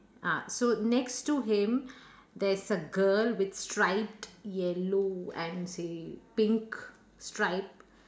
ah so next to him there's a girl with striped yellow and say pink stripe